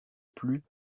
plus